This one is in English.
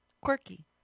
Quirky